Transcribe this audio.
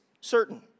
certain